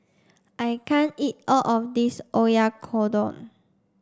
I can't eat all of this Oyakodon